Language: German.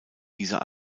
dieser